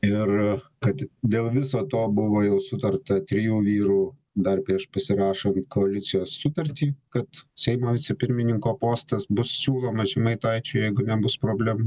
ir kad dėl viso to buvo jau sutarta trijų vyrų dar prieš pasirašant koalicijos sutartį kad seimo vicepirmininko postas bus siūlomas žemaitaičiui jeigu nebus problemų